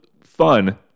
fun